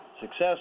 success